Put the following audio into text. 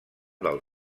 del